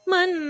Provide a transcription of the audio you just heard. Man